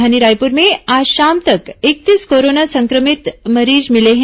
राजधानी रायपुर में आज शाम तक इकतीस कोरोना संक्रमित मरीज मिले हैं